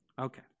okay